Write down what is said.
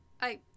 I-